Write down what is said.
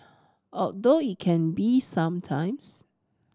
although it can be some times